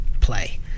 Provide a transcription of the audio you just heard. play